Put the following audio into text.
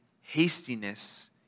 hastiness